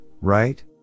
right